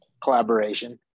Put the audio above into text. collaboration